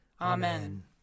Amen